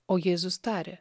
o jėzus tarė